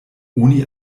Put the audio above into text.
oni